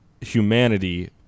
humanity